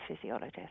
physiologist